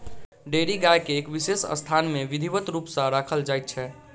dairy गाय के एक विशेष स्थान मे विधिवत रूप सॅ राखल जाइत छै